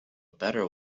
better